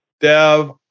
dev